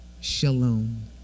shalom